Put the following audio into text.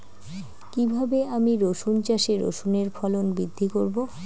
কীভাবে আমি রসুন চাষে রসুনের ফলন বৃদ্ধি করব?